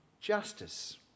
justice